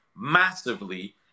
massively